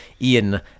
Ian